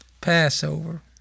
Passover